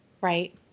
Right